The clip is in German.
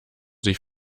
sich